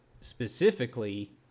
specifically